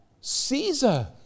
Caesar